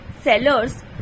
sellers